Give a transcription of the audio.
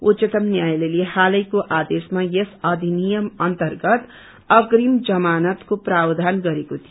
उच्चतम न्यायालयले हालैको आदेशमा यस अधिनियम अन्तर्गत अग्रिम जमानतको प्रावधान गरेको थियो